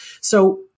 So-